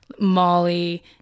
molly